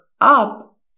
up